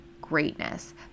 greatness